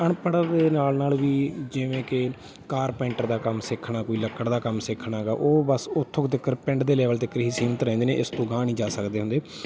ਅਨਪੜ੍ਹ ਦੇ ਨਾਲ ਨਾਲ ਵੀ ਜਿਵੇਂ ਕਿ ਕਾਰਪੈਂਟਰ ਦਾ ਕੰਮ ਸਿੱਖਣਾ ਕੋਈ ਲੱਕੜ ਦਾ ਕੰਮ ਸਿੱਖਣਾ ਗਾ ਉਹ ਬਸ ਉੱਥੋਂ ਤੱਕਰ ਪਿੰਡ ਦੇ ਲੈਵਲ ਤੱਕ ਹੀ ਸੀਮਿਤ ਰਹਿੰਦੇ ਨੇ ਇਸ ਤੋਂ ਅਗਾਂਹ ਨਹੀਂ ਜਾ ਸਕਦੇ ਹੁੰਦੇ